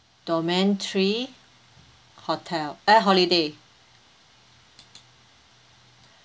domain three hotel uh holiday